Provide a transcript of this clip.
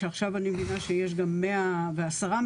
שעכשיו אני מבינה שיש גם 110 מיליון.